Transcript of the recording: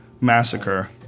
massacre